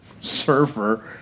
surfer